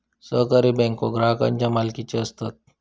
सहकारी बँको ग्राहकांच्या मालकीचे असतत